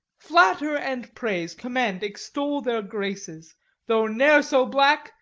flatter and praise, commend, extol their graces though ne'er so black,